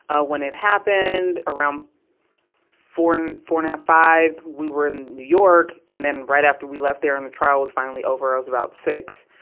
ah when it happened. around four and, four and half, five, we were in new york. and then right after we left there and the trial was finally over, i was about six,